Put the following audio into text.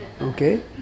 Okay